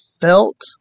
felt